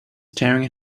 staring